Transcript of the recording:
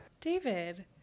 David